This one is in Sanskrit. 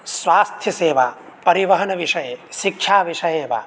स्वाथ्यसेवा परिवहनविषये शिक्षाविषये वा